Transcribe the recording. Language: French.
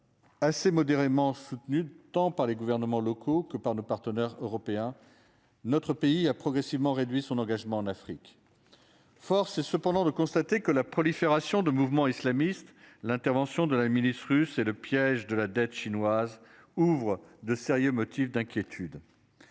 Assez modérément soutenue tant par les gouvernements locaux que par nos partenaires européens. Notre pays a progressivement réduit son engagement en Afrique. Force est cependant de. Que la prolifération de mouvement islamiste l'intervention de la milice russe et le piège de la dette chinoise ouvre de sérieux motifs d'inquiétude.